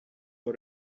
for